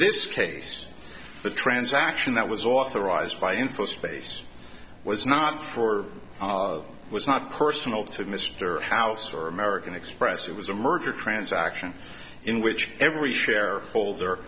this case the transaction that was authorized by info space was not for it was not personal to mr house or american express it was a merger transaction in which every share holder